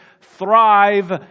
thrive